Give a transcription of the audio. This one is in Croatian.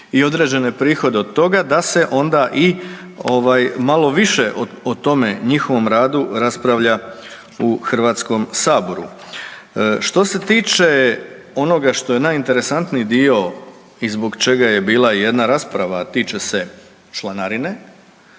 i određene prihode od toga da se onda i malo više o tome njihovom radu raspravlja u Hrvatskom saboru. Što se tiče onoga što je najinteresantniji dio i zbog čega je bila i jedna rasprava, a tiče se članarine